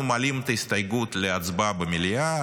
אנחנו מעלים את ההסתייגות להצבעה במליאה.